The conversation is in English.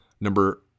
Number